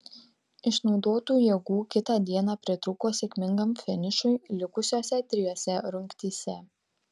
išnaudotų jėgų kitą dieną pritrūko sėkmingam finišui likusiose trijose rungtyse